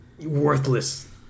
worthless